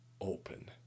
Open